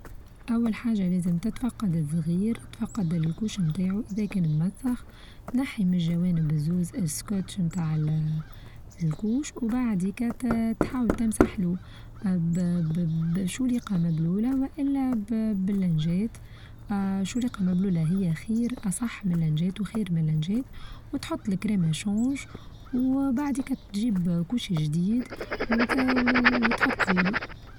أول حاچة لازم تتفقد الصغير تتفقد الكوشن بتاعه اذا كان ممزخ نحي من جوانب بزوز الاسكوتش بتاع ال-الكوش وبعديكا تحاول تمسح له بشو ريقة مبلولة وإلا باللنچات شو ريقة مبلولة هى خير أصح من اللنچات وخير من اللنچات وتحط الكريم الشونج وبعديكا تچيب كوش چديد وتحطهوله.